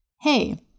Hey